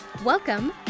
Welcome